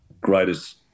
greatest